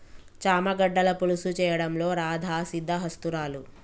చామ గడ్డల పులుసు చేయడంలో రాధా సిద్దహస్తురాలు